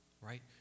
right